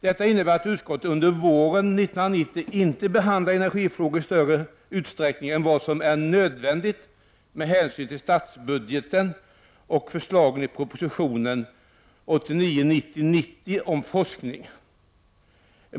Detta innebär att utskottet under våren 1990 inte behandlar energifrågor i större utsträckning än som är nödvändigt med hänsyn till statsbudgeten och förslagen i proposition 1989/90:90 om forskning.